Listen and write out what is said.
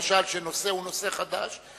למשל שנושא הוא נושא חדש,